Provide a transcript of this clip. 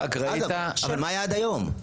היום יום רביעי, ח' באדר התשפ"ג.